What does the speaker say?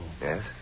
Yes